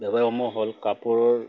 ব্যৱসায়সমূহ হ'ল কাপোৰৰ